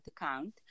account